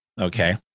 Okay